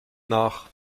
nach